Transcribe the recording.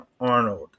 Arnold